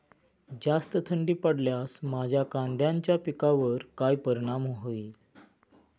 जास्त थंडी पडल्यास माझ्या कांद्याच्या पिकावर काय परिणाम होईल?